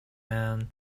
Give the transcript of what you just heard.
man